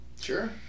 Sure